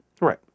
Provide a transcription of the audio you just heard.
Right